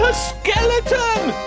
ah skeleton.